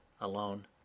alone